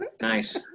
Nice